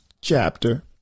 chapter